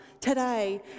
today